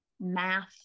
math